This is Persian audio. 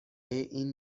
این